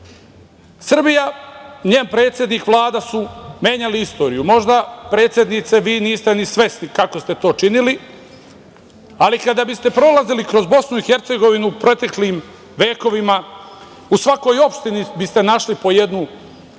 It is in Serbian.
i njen predsednik i Vlada su menjali istoriju. Možda, predsednice, vi niste ni svesni kako ste to činili, ali kada biste prolazili kroz BiH u proteklim vekovima u svakoj opštini biste našli po jednu